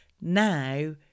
Now